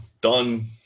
Done